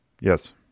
Yes